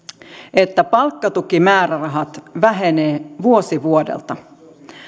että palkkatukimäärärahat vähenevät vuosi vuodelta